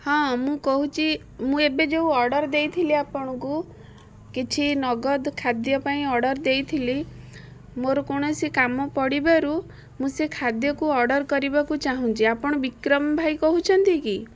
ହଁ ମୁଁ କହୁଛି ମୁଁ ଏବେ ଯେଉଁ ଅର୍ଡ଼ର ଦେଇଥିଲି ଆପଣଙ୍କୁ କିଛି ନଗଦ ଖାଦ୍ୟ ପାଇଁ ଅର୍ଡ଼ର ଦେଇଥିଲି ମୋର କୌଣସି କାମ ପଡ଼ିବାରୁ ମୁଁ ସେ ଖାଦ୍ୟକୁ ଅର୍ଡ଼ର କରିବାକୁ ଚାହୁଁଛି ଆପଣ ଆପଣ ବିକ୍ରମ ଭାଇ କହୁଛନ୍ତି କି